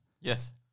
Yes